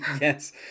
yes